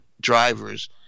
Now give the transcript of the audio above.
drivers